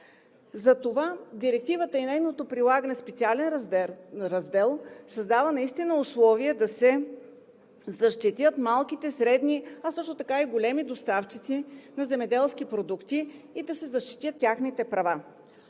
Затова Директивата и нейното прилагане в специален раздел наистина създава условия да се защитят малките, средните, а също и големите доставчици на земеделски продукти и да се защитят техните права.